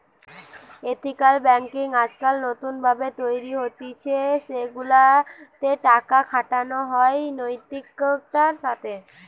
ethical banking আজকাল নতুন ভাবে তৈরী হতিছে সেগুলা তে টাকা খাটানো হয় নৈতিকতার সাথে